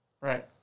Right